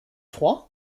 froid